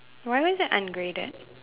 why was that ungraded